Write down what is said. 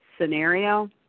Scenario